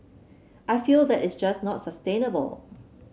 I feel that it's just not sustainable